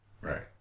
right